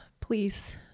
please